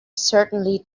certainly